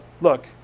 look